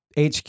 HQ